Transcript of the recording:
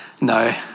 No